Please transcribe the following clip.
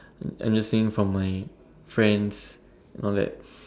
I'm just saying from my friends and all that